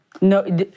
No